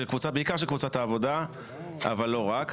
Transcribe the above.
קבוצת בעיקר של קבוצת העבודה אבל לא רק.